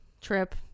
trip